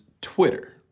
Twitter